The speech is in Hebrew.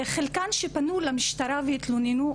חלקן שפנו למשטרה והתלוננו,